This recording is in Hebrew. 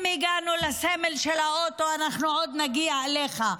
אם הגענו לסמל של האוטו אנחנו עוד נגיע אליך,